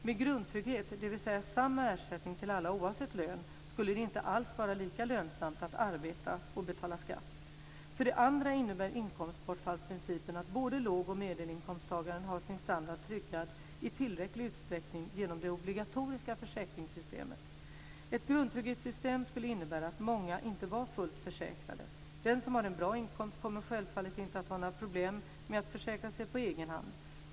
Med grundtrygghet, dvs. samma ersättning till alla oavsett lön, skulle det inte alls vara lika lönsamt att arbeta och betala skatt. För det andra innebär inkomstbortfallsprincipen att både låg och medelinkomsttagaren har sin standard tryggad i tillräcklig utsträckning genom det obligatoriska försäkringssystemet. Ett grundtrygghetssystem skulle innebära att många inte var fullt försäkrade. Den som har en bra inkomst kommer självfallet inte att ha några problem med att försäkra sig på egen hand.